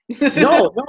No